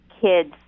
kids